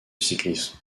cyclisme